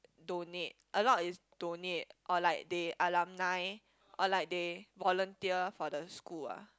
donate a lot is donate or like they alumni or like they volunteer for the school ah